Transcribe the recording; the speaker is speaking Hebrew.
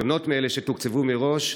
שונות מאלה שתוקצבו מראש,